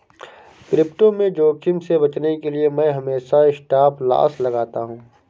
crypto में जोखिम से बचने के लिए मैं हमेशा स्टॉपलॉस लगाता हूं